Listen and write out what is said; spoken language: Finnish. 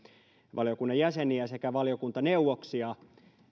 valiokunnan jäseniä sekä valiokuntaneuvoksia